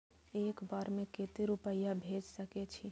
एक बार में केते रूपया भेज सके छी?